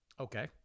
Okay